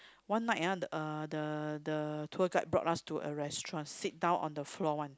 one night ah uh the the tour guide brought us to a restaurant sit down on the floor one